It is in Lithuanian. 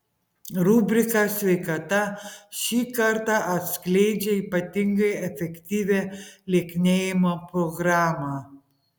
rubrika sveikata šį kartą atskleidžia ypatingai efektyvią lieknėjimo programą